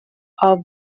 are